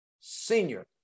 Senior